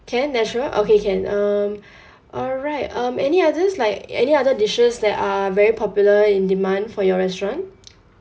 can natural okay can um alright um any others like any other dishes that are very popular in demand for your restaurant